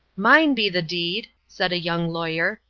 mine be the deed, said a young lawyer,